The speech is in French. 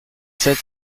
sept